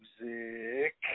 music